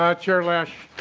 ah chair lesch